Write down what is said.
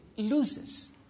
loses